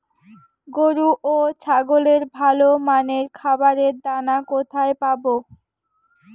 গরু ও ছাগলের ভালো মানের খাবারের দানা কোথায় পাবো?